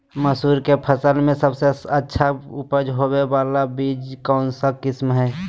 मसूर के फसल में सबसे अच्छा उपज होबे बाला बीज के कौन किस्म हय?